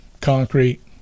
concrete